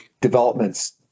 developments